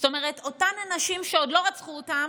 זאת אומרת, אותן נשים שעוד לא רצחו אותן,